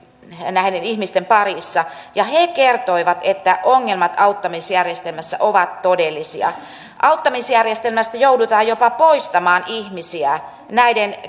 näiden ihmisten parissa ja he kertoivat että ongelmat auttamisjärjestelmässä ovat todellisia auttamisjärjestelmästä joudutaan jopa poistamaan ihmisiä näiden